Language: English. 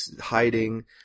hiding